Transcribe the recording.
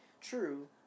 True